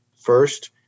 first